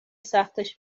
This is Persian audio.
سختش